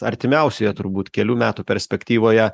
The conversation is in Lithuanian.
artimiausioje turbūt kelių metų perspektyvoje